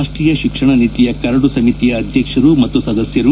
ರಾಷ್ಟೀಯ ಶಿಕ್ಷಣ ನೀತಿಯ ಕರಡು ಸಮಿತಿಯ ಅಧ್ಯಕ್ಷರು ಮತ್ತು ಸದಸ್ಥರು